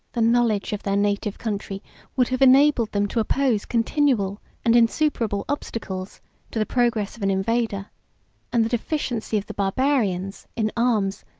the knowledge of their native country would have enabled them to oppose continual and insuperable obstacles to the progress of an invader and the deficiency of the barbarians, in arms,